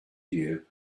year